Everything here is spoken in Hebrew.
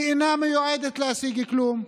כי היא אינה מיועדת להשיג כלום.